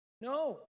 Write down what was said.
No